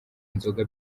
nzoga